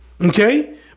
Okay